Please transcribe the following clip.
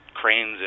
cranes